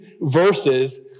verses